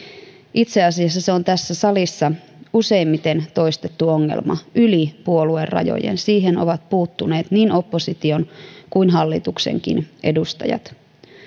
itse asiassa se on tässä salissa useimmiten toistettu ongelma yli puoluerajojen siihen ovat puuttuneet niin opposition kuin hallituksenkin edustajat